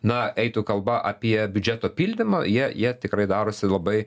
na eitų kalba apie biudžeto pildymą jie jie tikrai darosi labai